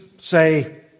say